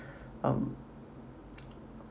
um